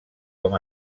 com